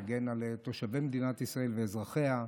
להגן על תושבי מדינת ישראל ואזרחיה.